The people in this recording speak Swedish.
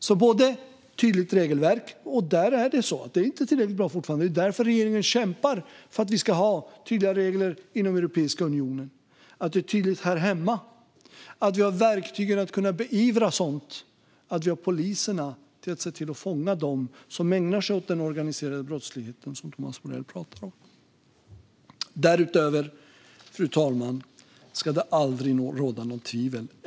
Det behövs alltså ett tydligt regelverk, och där är det fortfarande inte tillräckligt bra. Det är därför regeringen kämpar för att vi ska ha tydliga regler inom Europeiska unionen och här hemma och verktyg för att kunna beivra sådant. Vi ska ha poliser till att fånga dem som ägnar sig åt den organiserade brottslighet som Thomas Morell talar om. Därutöver, fru talman, ska det aldrig råda något tvivel.